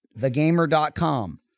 thegamer.com